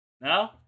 No